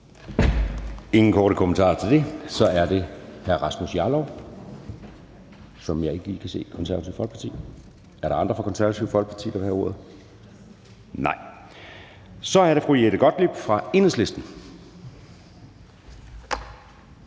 ingen korte bemærkninger til det. Jeg kan ikke lige se hr. Rasmus Jarlov fra Det Konservative Folkeparti. Er der andre fra Det Konservative Folkeparti, der vil have ordet? Nej. Så er det fru Jette Gottlieb fra Enhedslisten.